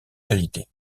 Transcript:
qualité